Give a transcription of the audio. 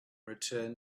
return